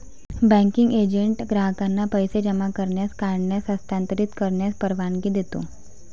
banking agent ग्राहकांना पैसे जमा करण्यास, काढण्यास, हस्तांतरित करण्यास परवानगी देतो